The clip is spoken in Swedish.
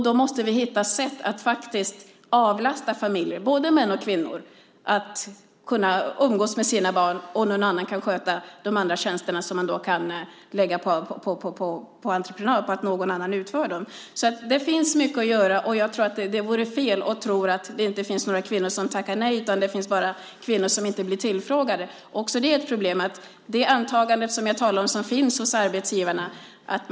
Vi måste hitta sätt att avlasta familjer, både män och kvinnor, så att de kan umgås med sina barn. Andra tjänster kan läggas på entreprenad, så att någon annan utför dem. Så det finns mycket att göra. Det vore fel att tro att det inte finns några kvinnor som tackar nej, utan bara kvinnor som inte blir tillfrågade. Men det senare är också ett problem. Det handlar till exempel om det antagande hos arbetsgivarna som jag talade om.